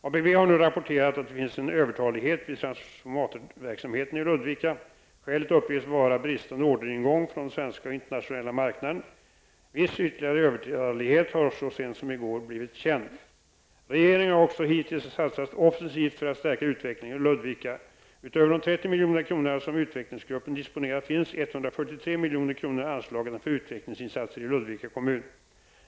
ABB har nu rapporterat att det finns en övertalighet vid transformatorverksamheten i Ludvika. Skälet uppges vara bristande orderingång från den svenska och den internationella marknaden. Viss ytterligare övertalighet har så sent som i går blivit känd. Regeringen har alltså hittills satsat offensivt för att stärka utvecklingen i Ludvika. Utöver de 30 milj.kr. som utvecklingsgruppen disponerar finns Ludvika kommun.